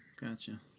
gotcha